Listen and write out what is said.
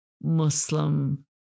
Muslim